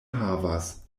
havas